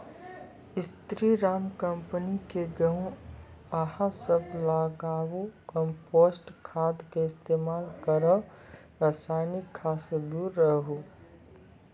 स्री Ram company के गेहूँ अहाँ सब लगाबु कम्पोस्ट खाद के इस्तेमाल करहो रासायनिक खाद से दूर रहूँ?